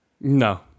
No